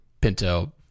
Pinto